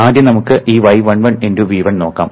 ആദ്യം നമുക്ക് ഈ y11 × V1 നോക്കാം